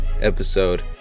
episode